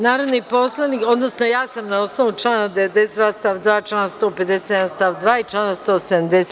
Narodni poslanik, odnosno ja sam, na osnovu člana 92. stav 2, člana 157. stav 2. i člana 170.